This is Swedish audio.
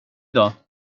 dag